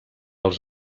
els